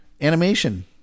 Animation